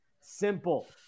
simple